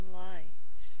light